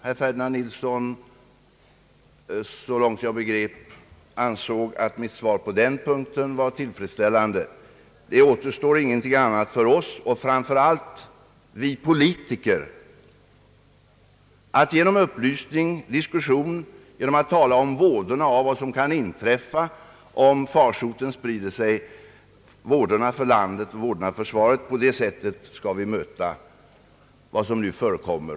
Herr Ferdinand Nilsson ansåg, så långt jag begrep, att mitt svar på den punkten var tillfredsställande. Det återstår ingenting annat — framför allt för oss politiker — än att sprida upplysning och i diskussioner tala om vådorna för landet och försvaret av vad som kan inträffa, om farsoten sprider sig. På det sättet skall vi möta vad som nu förekommer.